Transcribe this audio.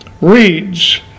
reads